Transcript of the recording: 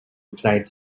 applied